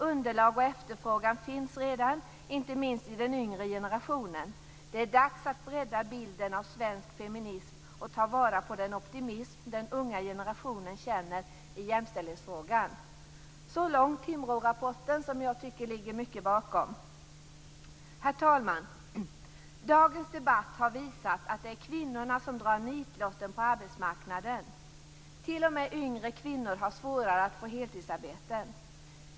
Underlag och efterfrågan finns redan - inte minst i den yngre generationen. Det är dags att bredda bilden av svensk feminism och ta vara på den optimism den unga generationen känner i jämställdhetsfrågan! Så långt Timbrorapporten som jag tycker att det ligger mycket bakom. Herr talman! Dagens debatt har visat att det är kvinnorna som drar nitlotten på arbetsmarknaden. T.o.m. yngre kvinnor har svårare att få heltidsarbeten.